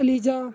eliza